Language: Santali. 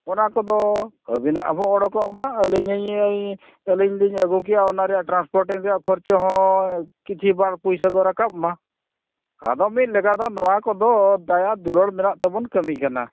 ᱚᱱᱟᱠᱚᱫᱚ ᱟᱵᱤᱱᱟᱜᱦᱚᱸ ᱚᱰᱳᱠᱚᱜ ᱢᱟ ᱟᱹᱞᱤᱧ ᱟᱹᱞᱤᱧᱞᱤᱧ ᱟᱹᱜᱩᱠᱮᱭᱟ ᱚᱱᱟ ᱨᱮᱭᱟᱜ ᱴᱨᱟᱱᱥᱯᱳᱴᱤᱝ ᱨᱮᱭᱟᱜ ᱠᱷᱚᱨᱪᱟᱦᱚᱸ ᱠᱤᱪᱷᱤ ᱵᱟᱨ ᱯᱩᱭᱥᱟᱹᱫᱚ ᱨᱟᱠᱟᱵ ᱢᱟ ᱟᱫᱚ ᱢᱤᱫ ᱞᱮᱠᱟᱫᱚ ᱱᱚᱣᱟ ᱠᱚᱫᱚ ᱫᱟᱭᱟ ᱫᱩᱞᱟᱹᱲ ᱢᱮᱱᱟᱜ ᱛᱮᱵᱚᱱ ᱠᱟᱹᱢᱤ ᱠᱟᱱᱟ